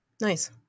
nice